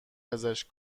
ازش